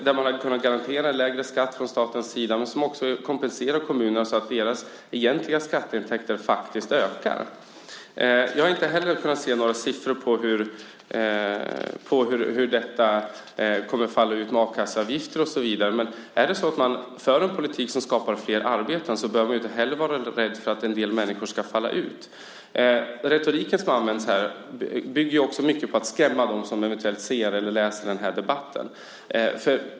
Där har man kunnat garantera lägre skatt från statens sida och samtidigt kompensera kommunerna så att deras egentliga skatteintäkter ökar. Jag har inte heller kunnat se några siffror på hur förändringen av a-kasseavgifterna faller ut. Men om man för en politik som skapar flera arbeten behöver man inte heller vara rädd för att en del människor ska falla ut. Den retorik som används här bygger på att man vill skrämma dem som ser eller läser den här debatten.